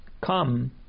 come